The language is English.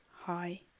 Hi